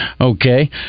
Okay